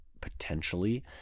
potentially